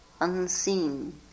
unseen